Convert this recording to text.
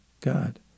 God